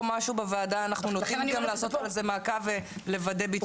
משהו בוועדה אנחנו נוטים גם לעשות על זה מעקב ולוודא ביצוע.